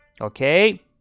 Okay